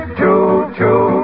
Choo-choo